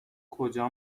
کجا